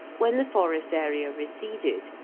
when the forest area receded,